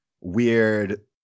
weird